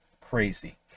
crazy